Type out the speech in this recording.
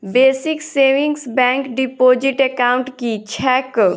Basic savings bank deposit account की छैक?